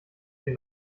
den